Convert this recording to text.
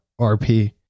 RP